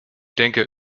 denke